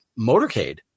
motorcade